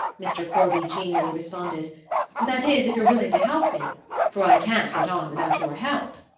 mr. corby genially responded that is, if you're willing to help me for i can't get on without your help,